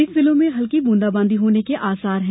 शेष जिलों में हल्की बूंदाबांदी होने के आसार हैं